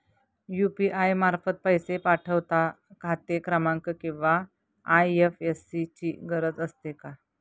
UPI मार्फत पैसे पाठवता खाते क्रमांक किंवा आय.एफ.एस.सी ची गरज असते का?